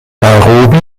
nairobi